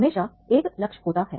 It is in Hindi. हमेशा एक लक्ष्य होता है